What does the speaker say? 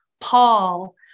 Paul